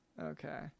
Okay